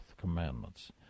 commandments